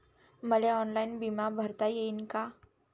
मले ऑनलाईन बिमा भरता येईन का?